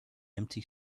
empty